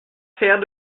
faire